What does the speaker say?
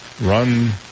run